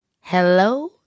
Hello